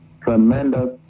tremendous